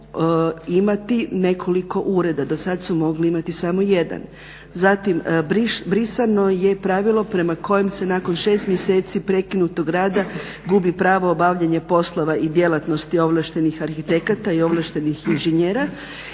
imati nekoliko ureda. Do sad su mogli imati samo jedan. Zatim brisano je pravilo prema kojem se nakon 6 mjeseci prekinutog rada gubi pravo obavljanja poslova i djelatnosti ovlaštenih arhitekata i ovlaštenih inženjera.